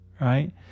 Right